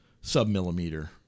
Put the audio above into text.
sub-millimeter